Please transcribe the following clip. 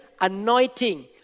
anointing